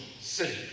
city